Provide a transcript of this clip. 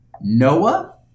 Noah